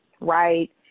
Right